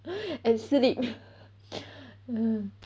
and sleep